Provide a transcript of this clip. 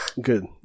Good